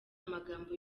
amagambo